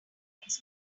linux